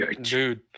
Dude